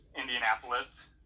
Indianapolis